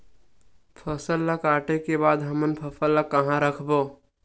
फसल ला काटे के बाद हमन फसल ल कहां रखबो?